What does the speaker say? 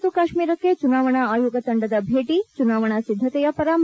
ಜಮ್ನು ಮತ್ತು ಕಾಶ್ನೀರಕ್ಕೆ ಚುನಾವಣಾ ಆಯೋಗ ತಂಡದ ಭೇಟಿ ಚುನಾವಣಾ ಸಿದ್ದಕೆಯ ಪರಾಮರ್ಶೆ